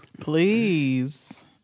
please